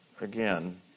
again